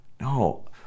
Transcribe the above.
No